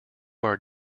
are